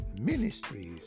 Ministries